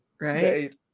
Right